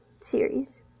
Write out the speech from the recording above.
series